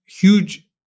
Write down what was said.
huge